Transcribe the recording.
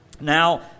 Now